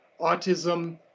autism